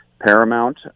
paramount